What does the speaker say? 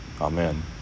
amen